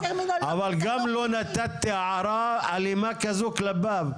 אבל גם לא נתתי הערה אלימה כזו כלפיו,